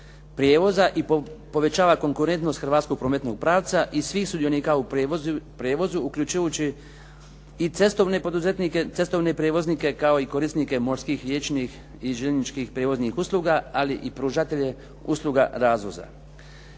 prijevoza i povećava konkurentnost hrvatskog prometnog pravca i svih sudionika u prijevozu, uključujući i cestovne poduzetnike, cestovne prijevoznike, kao i korisnike morskih, riječnih i željezničkih prijevoznih usluga, ali i pružatelje usluga razvoza.